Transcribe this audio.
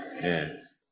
Yes